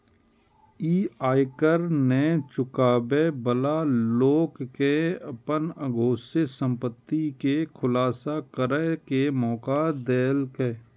ई आयकर नै चुकाबै बला लोक कें अपन अघोषित संपत्ति के खुलासा करै के मौका देलकै